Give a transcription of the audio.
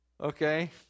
Okay